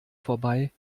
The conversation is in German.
vorbei